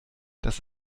das